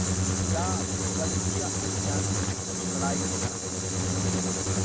क्या जनुकीय अभियांत्रिकी की पढ़ाई भारत में अच्छी नहीं होती?